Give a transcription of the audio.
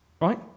Right